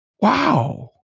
Wow